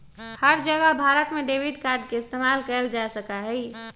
हर जगह भारत में debit card के इस्तेमाल कइल जा सका हई